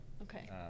Okay